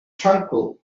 tranquil